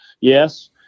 Yes